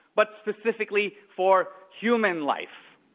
but specifically for human life.